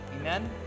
Amen